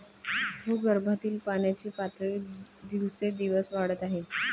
भूगर्भातील पाण्याची पातळी दिवसेंदिवस वाढत आहे